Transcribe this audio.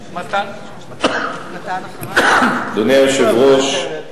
אדוני היושב-ראש,